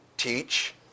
Teach